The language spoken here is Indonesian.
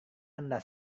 anda